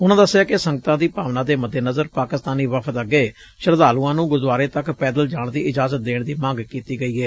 ਉਨੂਾ ਦਸਿਆ ਕਿ ਸੰਗਤਾਂ ਦੀ ਭਾਵਨਾ ਦੇ ਮੱਦੇ ਨਜ਼ਰ ਪਾਕਿਸਤਾਨੀ ਵਫ਼ਦ ਅੱਗੇ ਸ਼ਰਧਾਂਲੂਆਂ ਨੂੰ ਗੁਰਦੁਆਰੇ ਤੱਕ ਪੈਦਲ ਜਾਣ ਦੀ ਇਜਾਜਤ ਦੇਣ ਦੀ ਮੰਗ ਕੀਤੀ ਗਈ ਏ